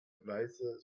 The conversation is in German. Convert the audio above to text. weiße